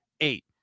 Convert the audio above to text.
eight